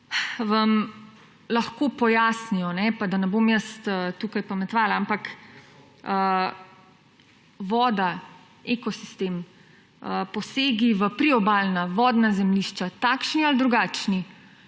vam lahko pojasnijo, pa da ne bom jaz tukaj pametovala, ampak voda, ekosistem, posegi v priobalna vodna zemljišča, takšni ali drugačni,